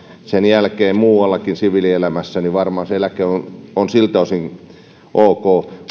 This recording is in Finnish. sen jälkeen muuallakin siviilielämässä niin varmaan se eläke on on siltä osin ok